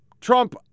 Trump